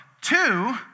Two